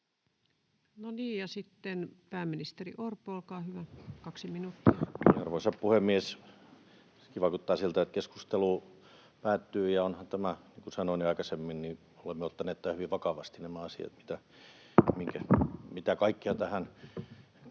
No niin, ja sitten pääministeri Orpo, olkaa hyvä, kaksi minuuttia. Arvoisa puhemies! Vaikuttaa siltä, että keskustelu päättyy, ja niin kuin sanoin jo aikaisemmin, olemme ottaneet hyvin vakavasti kaikki nämä asiat, mitä tähän